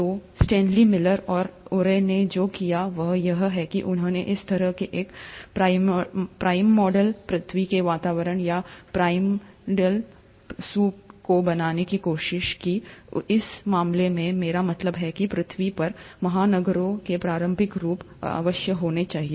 तो Stanley Miller और Urey ने जो किया वह यह है कि उन्होंने इस तरह के एक प्राइमर्डियल पृथ्वी के वातावरण या प्राइमर्डियल सूप को बनाने की कोशिश की इस मामले में मेरा मतलब है कि पृथ्वी पर महासागरों के प्रारंभिक रूप अवश्य होने चाहिए